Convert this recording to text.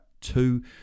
two